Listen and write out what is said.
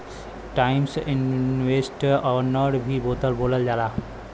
times interest earned भी बोलल जाला